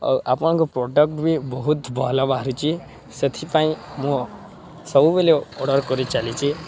ଆଉ ଆପଣଙ୍କ ପ୍ରଡ଼କ୍ଟ୍ ବି ବହୁତ ଭଲ ବାହାରୁଛି ସେଥିପାଇଁ ମୁଁ ସବୁବେଳେ ଅର୍ଡ଼ର୍ କରିଚାଲିଛି